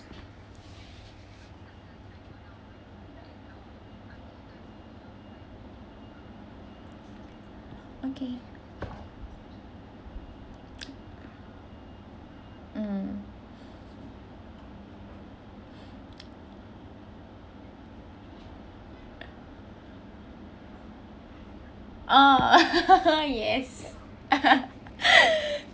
okay mm oh yes